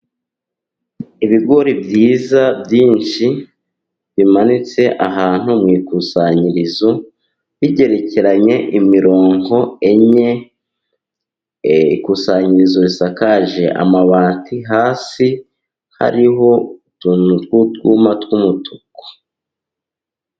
Ibigori byiza byinshi bimanitse ahantu mu ikusanyirizo bigerekeranye imirongo enye. Ikusanyirizo risakaje amabati hasi hariho utuntu tw'utwuma tw'umutuku.